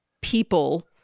people